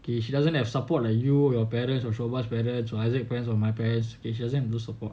okay she doesn't have support like you your parents are so much better so I just depend on my parents she doesn't have those support